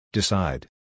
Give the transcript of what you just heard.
Decide